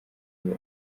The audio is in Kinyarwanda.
yayo